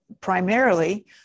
primarily